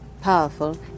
powerful